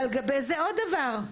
לגבי זה עוד דבר.